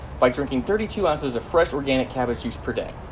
by drinking thirty two ounces of fresh organic cabbage juice per day.